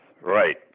Right